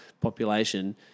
Population